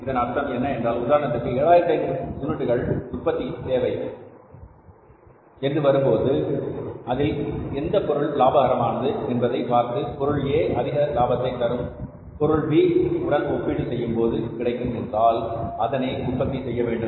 இதன் அர்த்தம் என்ன என்றால் உதாரணத்திற்கு 7500 யூனிட்டுகள் உற்பத்திக்கு தேவை என்று வரும்போது அதில் எந்த பொருள் லாபகரமானது என்பதை பார்த்து பொருள் A அதிக லாபத்தை பொருள் B உடன் ஒப்பீடு செய்யும்போது கிடைக்கும் என்றால் அதனை உற்பத்தி செய்ய வேண்டும்